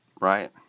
Right